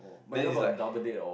then it's like